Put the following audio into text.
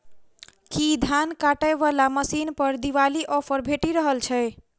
की धान काटय वला मशीन पर दिवाली ऑफर भेटि रहल छै?